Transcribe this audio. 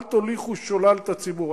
אל תוליכו שולל את הציבור.